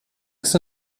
ist